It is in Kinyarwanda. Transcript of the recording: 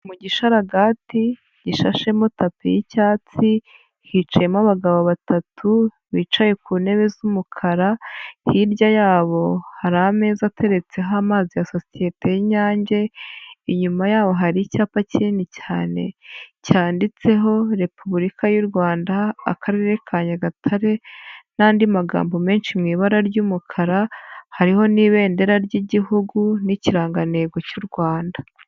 Mu gishararaga gishashemo tapi y'icyatsi hicayemo abagabo batatu, bicaye ku ntebe z'umukara, hirya yabo hari ameza ateretseho amazi ya sosiyete y'inyange, inyuma yaho hari icyapa kinini cyane cyanditseho repubulika y'u Rwanda akarere ka Nyagatare, n'andi magambo menshi mu ibara ry'umukara. Hariho n'ibendera ry'igihugu n'ikirangantego cy'u Rwanda.